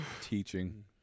teaching